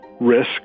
risk